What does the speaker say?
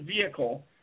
vehicle